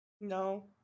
no